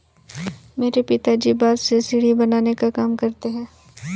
मेरे पिताजी बांस से सीढ़ी बनाने का काम करते हैं